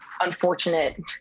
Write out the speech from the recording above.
unfortunate